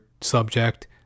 subject